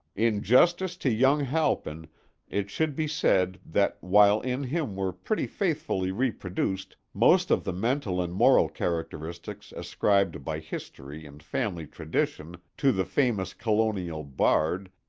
in justice to young halpin it should be said that while in him were pretty faithfully reproduced most of the mental and moral characteristics ascribed by history and family tradition to the famous colonial bard,